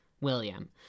William